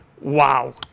Wow